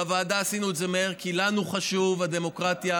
בוועדה עשינו את זה מהר כי לנו חשובה הדמוקרטיה.